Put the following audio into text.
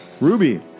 Ruby